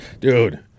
Dude